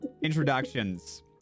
introductions